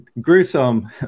gruesome